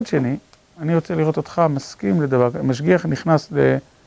אני רוצה לראות אותך מסכים לדבר כזה, משגיח נכנס ל...